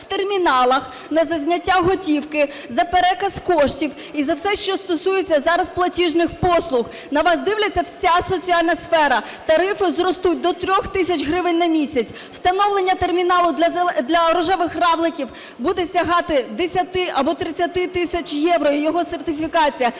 в терміналах на зняття готівки, за переказ коштів і за все, що стосується зараз платіжних послуг. На вас дивиться вся соціальна сфера. Тарифи зростуть до 3 тисяч гривень на місяць. Встановлення терміналу для "рожевих равликів" буде сягати 10 або 30 тисяч євро і його сертифікація.